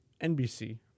NBC